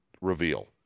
reveal